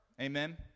amen